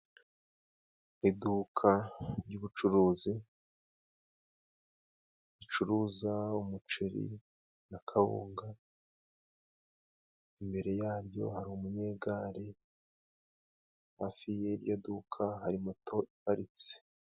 Iduka ry'ubucuruzi ricuruza umuceri na kawunga, imbere yaryo hari umunyegare, hafi y'iryo duka hari moto iparitse.